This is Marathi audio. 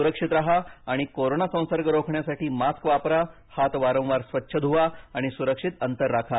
सुरक्षित राहा आणि कोरोना संसर्ग रोखण्यासाठी मास्क वापरा हात वारंवार स्वच्छ धुवा आणि सुरक्षित अंतर राखा